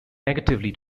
negatively